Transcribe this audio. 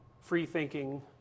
free-thinking